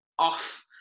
off